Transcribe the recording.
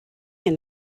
and